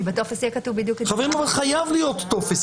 כי בטופס יהיה כתוב בדיוק --- חייב להיות טופס.